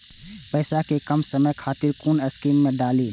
पैसा कै कम समय खातिर कुन स्कीम मैं डाली?